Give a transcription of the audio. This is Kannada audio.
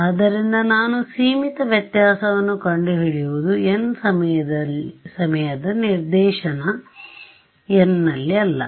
ಆದ್ದರಿಂದ ನಾನು ಸೀಮಿತ ವ್ಯತ್ಯಾಸವನ್ನು ಕಂಡುಹಿಡಿಯುವುದು n ಸಮಯದ ನಿದರ್ಶನ n ನಲ್ಲಿ ಅಲ್ಲ